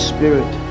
Spirit